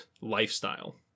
lifestyle